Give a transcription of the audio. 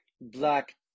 black